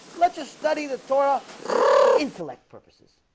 let's just study the torah for intellect purposes